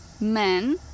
men